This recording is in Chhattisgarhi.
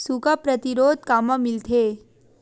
सुखा प्रतिरोध कामा मिलथे?